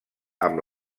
amb